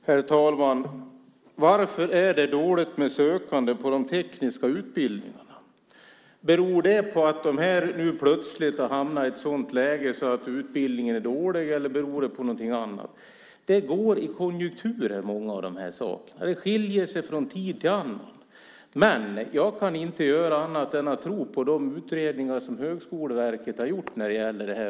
Herr talman! Varför är det dåligt med sökande till de tekniska utbildningarna? Beror det på att de plötsligt har hamnat i ett sådant läge att utbildningen är dålig, eller beror det på någonting annat? Det går konjunkturer i många av de här sakerna. Det skiljer sig från tid till annan. Men jag kan inte annat än tro på de utredningar som Högskoleverket har gjort när det gäller det här.